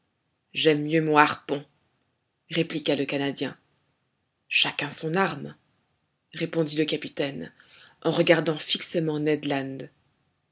j'aime mieux mon harpon répliqua le canadien chacun son arme répondit le capitaine en regardant fixement ned land